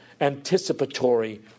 anticipatory